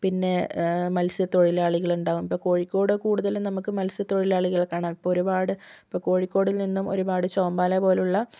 പിന്നെ മത്സ്യത്തൊഴിലാളികളുണ്ടാകും ഇപ്പോൾ കോഴിക്കോട് കൂടുതലും നമുക്ക് മത്സ്യത്തൊഴിലാളികളെ കാണാം ഇപ്പോൾ ഒരുപാട് ഇപ്പോൾ കോഴിക്കോടിൽ നിന്നും ഒരുപാട് ചോമ്പാല പോലെയുള്ള